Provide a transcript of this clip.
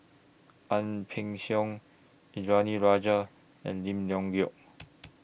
Ang Peng Siong Indranee Rajah and Lim Leong Geok